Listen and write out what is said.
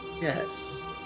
Yes